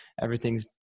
everything's